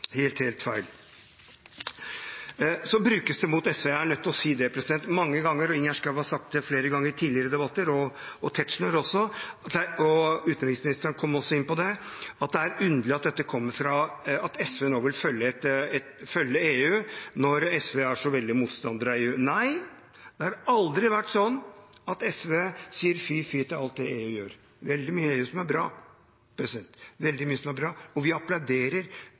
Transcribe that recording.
feil. Så brukes det mot SV mange ganger – jeg er nødt til å si det, for Ingjerd Schou og Tetzschner har sagt det flere ganger i tidligere debatter, og utenriksministeren kom også inn på det – at det er underlig at SV vil følge EU når SV er så veldig motstander av EU. Nei, det har aldri vært sånn at SV sier fy, fy til alt det EU gjør. Det er veldig mye i EU som er bra, veldig mye er bra, og vi applauderer